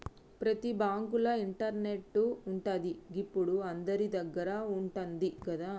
ప్రతి బాంకుల ఇంటర్నెటు ఉంటది, గిప్పుడు అందరిదగ్గర ఉంటంది గదా